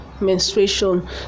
menstruation